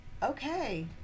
okay